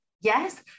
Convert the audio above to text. Yes